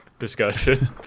discussion